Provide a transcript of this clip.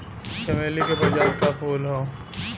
चमेली के प्रजाति क फूल हौ